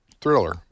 thriller